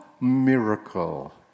miracle